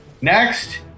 Next